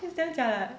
is damn jialat